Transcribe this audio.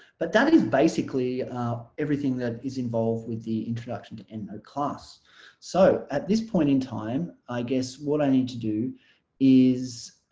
but that is basically everything that is involved with the introduction to endnote and ah class so at this point in time i guess what i need to do is